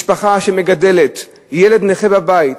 משפחה שמגדלת ילד נכה בבית,